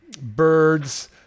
birds